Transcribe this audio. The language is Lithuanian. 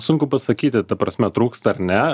sunku pasakyti ta prasme trūksta ar ne